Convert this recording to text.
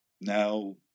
Now